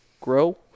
grow